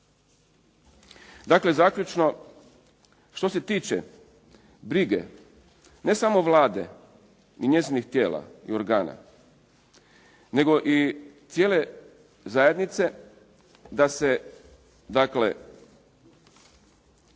Dakle, zaključno što se tiče brige ne samo Vlade i njezinih tijela i organa nego i cijele zajednice da se dakle